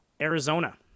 Arizona